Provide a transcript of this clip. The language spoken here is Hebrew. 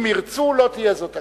אם ירצו לא תהיה זאת אגדה.